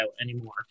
anymore